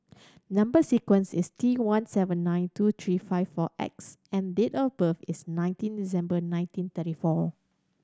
number sequence is T one seven nine two three five four X and date of birth is nineteen December nineteen thirty four